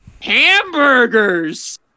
hamburgers